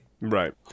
Right